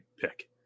pick